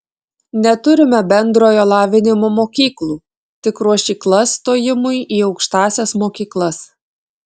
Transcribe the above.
neturime bendrojo lavinimo mokyklų tik ruošyklas stojimui į aukštąsias mokyklas